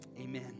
Amen